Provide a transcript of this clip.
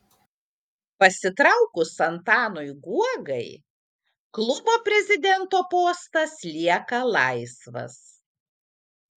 pasitraukus antanui guogai klubo prezidento postas lieka laisvas